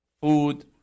food